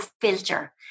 Filter